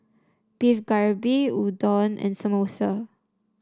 Beef Galbi Udon and Samosa